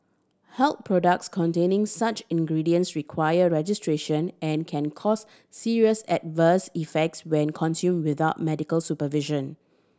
health products containing such ingredients require registration and can cause serious adverse effects when consumed without medical supervision